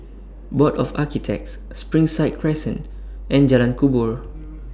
Board of Architects Springside Crescent and Jalan Kubor